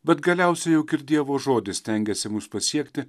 bet galiausiai juk ir dievo žodis stengiasi mus pasiekti